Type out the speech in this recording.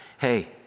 hey